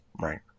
Right